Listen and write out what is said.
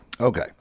Okay